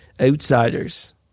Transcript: outsiders